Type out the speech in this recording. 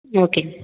ஓகேங்க